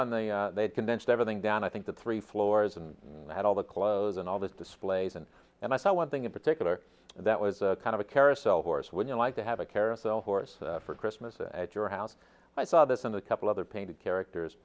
on they condensed everything down i think the three floors and had all the clothes and all these displays and then i saw one thing in particular that was kind of a carousel horse would you like to have a carousel horse for christmas at your house i saw this and a couple other painted characters